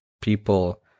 people